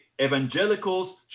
evangelicals